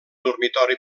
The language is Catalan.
dormitori